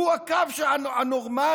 הוא הקו הנורמלי,